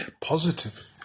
positive